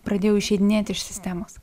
pradėjau išeidinėti iš sistemos